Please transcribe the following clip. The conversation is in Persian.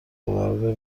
آورده